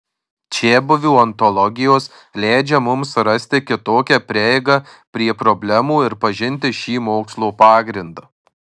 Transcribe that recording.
čiabuvių ontologijos leidžia mums rasti kitokią prieigą prie problemų ir pažinti šį mokslo pagrindą